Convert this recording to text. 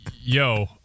Yo